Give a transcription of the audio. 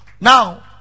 now